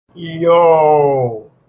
yo